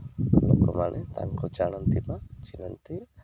ଲୋକମାନେ ତାଙ୍କୁ ଜାଣନ୍ତି ବା ଚିହ୍ନନ୍ତି